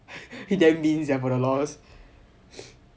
you damn mean sia for the LOL